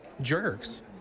jerks